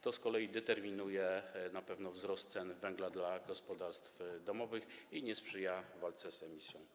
To z kolei determinuje wzrost cen węgla dla gospodarstw domowych i nie sprzyja walce z emisją.